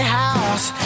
house